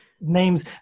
names